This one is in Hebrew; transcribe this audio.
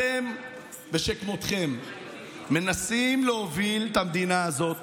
אתם ושכמותכם מנסים להוביל את המדינה הזאת